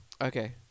Okay